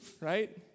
Right